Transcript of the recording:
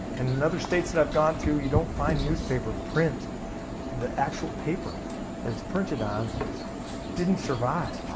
in other states that i've gone to you don't find newspaper print the actual paper that it's printed on didn't survive.